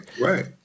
right